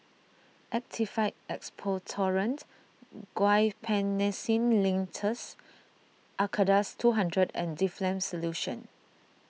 Actified Expectorant Guaiphenesin Linctus Acardust two hundred and Difflam Solution